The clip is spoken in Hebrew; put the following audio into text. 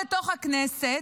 בתוך הכנסת,